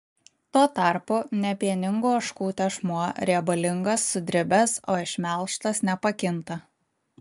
tuo tarpu nepieningų ožkų tešmuo riebalingas sudribęs o išmelžtas nepakinta